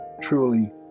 truly